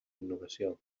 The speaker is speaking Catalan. innovació